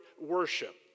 worship